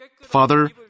Father